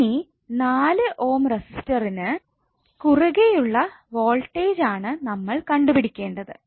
ഇനി 4 ഓം റെസിസ്റ്ററിന് കുറുകെയുള്ള വോൾട്ടേജ് ആണ് നമ്മൾ കണ്ടുപിടിക്കേണ്ടത്